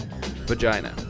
vagina